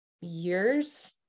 years